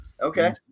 Okay